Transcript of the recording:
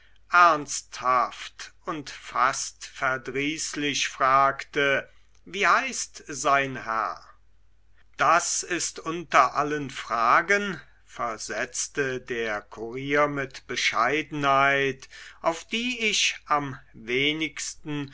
ernsthaft und fast verdrießlich fragte wie heißt sein herr das ist unter allen fragen versetzte der kurier mit bescheidenheit auf die ich am wenigsten